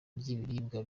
ry’ibiribwa